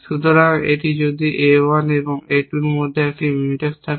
সুতরাং এটি যদি A 1 এবং A 2 এর মধ্যে একটি Mutex থাকে